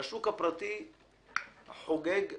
שהשוק הפרטי חוגג ושבע,